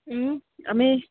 আমি